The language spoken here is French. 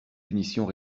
punitions